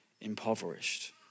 impoverished